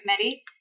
Committee